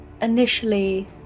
initially